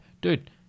dude